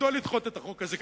מדוע לדחות את החוק הזה?